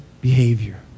behavior